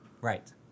Right